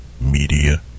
Media